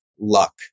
luck